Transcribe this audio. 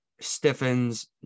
stiffens